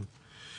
כן.